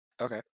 Okay